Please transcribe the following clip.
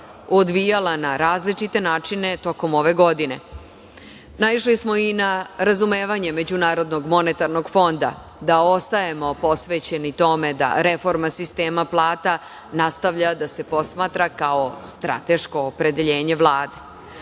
odvijala na različite načine tokom ove godine. Naišli smo i na razumevanje MMF da ostajemo posvećeni tome da reforma sistema plata nastavlja da se posmatra kao strateško opredeljenje Vlade.U